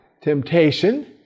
temptation